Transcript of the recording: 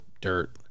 dirt